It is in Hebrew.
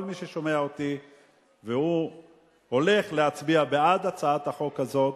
כל מי ששומע אותי והולך להצביע בעד הצעת החוק הזאת,